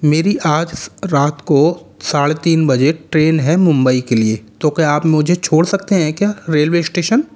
मेरी आज स् रात को साढ़े तीन बजे ट्रेन है मुंबई के लिए तो क्या आप मुझे छोड़ सकते हैं क्या रेलवे स्टेशन